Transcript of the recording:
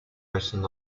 written